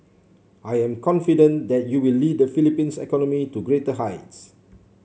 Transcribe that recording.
I am confident that you will lead the Philippines economy to greater heights